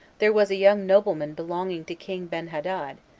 there was a young nobleman belonging to king benhadad,